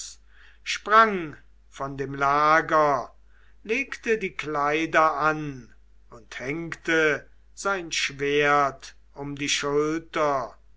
sprang von dem lager legte die kleider an und hängte sein schwert um die schulter